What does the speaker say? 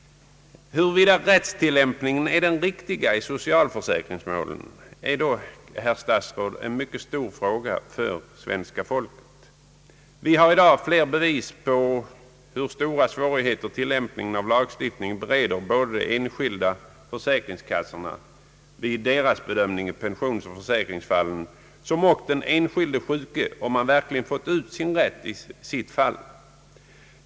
Huruvida rättstillämpningen är den riktiga i socialförsäkringsmålen är dock, herr statsråd, en mycket stor fråga för svenska folket. Vi har i dag flera bevis på hur stora svårigheter tillämpningen av lagstiftningen bereder både de enskilda försäkringskassorna vid deras bedömning av pensionsoch försäkringsfallen och den enskilde sjuke, om han verkligen fått ut sin rätt i sitt fall.